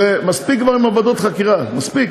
ומספיק כבר עם ועדות החקירה, מספיק.